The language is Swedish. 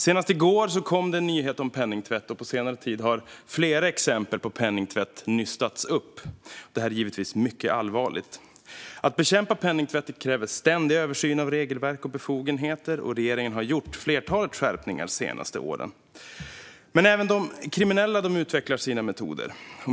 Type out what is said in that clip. Senast i går kom det en nyhet om penningtvätt, och på senare tid har flera exempel på penningtvätt nystats upp. Det här är givetvis mycket allvarligt. Att bekämpa penningtvätt kräver ständiga översyner av regelverk och befogenheter, och regeringen har gjort ett flertal skärpningar de senaste åren. Men även de kriminella utvecklar sina metoder.